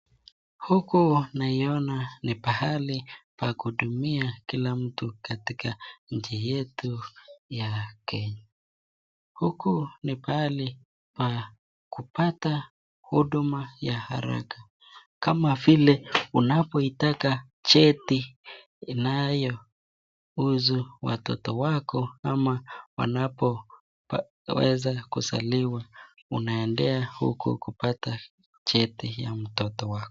Huku naiona ni mahali pa kuhudumia kila mtu katika nchi yetu ya Kenya , huku ni pahali pa kupata huduma ya haraka kama vile, unapoitaka cheti inayohusu watoto wako ama wanapoweza kuzaliwa unaenda huko kupata cheti ya mtoto wako.